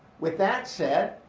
with that said,